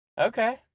Okay